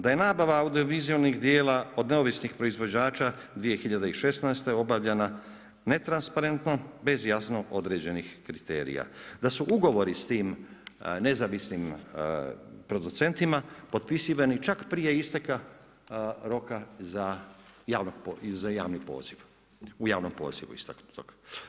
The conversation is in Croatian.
Da je nabava audiovizualnih dijela od neovisnih proizvođača 2016. obavljena ne transparentno, bez jasno određenih kriterija, da su ugovori s tim, nezavisnim producentima, potpisivani čak prije isteka roka za javni poziv, u javnom pozivu, istaknutog.